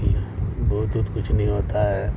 بھوت اوت کچھ نہیں ہوتا ہے